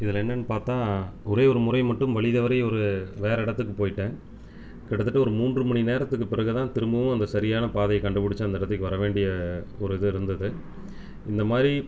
இதில் என்னன்னு பார்த்தா ஒரே ஒரு முறை மட்டும் வழி தவறி ஒரு வேற இடத்துக்கு போய்விட்டேன் கிட்டத்தட்ட ஒரு மூன்று மணி நேரத்துக்கு பிறகு தான் திரும்பவும் அந்த சரியான பாதையை கண்டுபிடிச்சி அந்த இடத்துக்கு வர வேண்டிய ஒரு இது இருந்தது இந்தமாதிரி